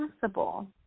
possible